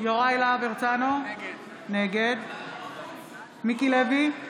יוראי להב הרצנו, נגד מיקי לוי,